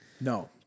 No